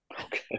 Okay